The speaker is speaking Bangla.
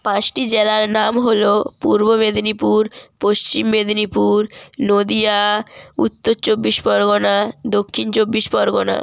পাঁচটি জেলার নাম হলো পূর্ব মেদিনীপুর পশ্চিম মেদিনীপুর নদীয়া উত্তর চব্বিশ পরগনা দক্ষিণ চব্বিশ পরগনা